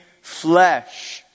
flesh